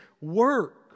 work